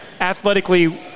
athletically